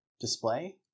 display